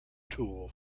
tool